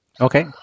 Okay